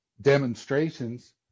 demonstrations